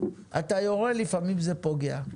אתה יורה לפעמים זה פוגע.